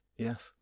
Yes